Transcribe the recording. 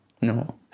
No